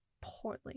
Poorly